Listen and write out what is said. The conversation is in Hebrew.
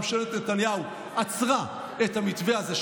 ממשלת נתניהו עצרה את המתווה הזה,